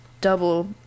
double